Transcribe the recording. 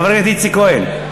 חבר הכנסת איציק כהן,